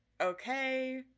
okay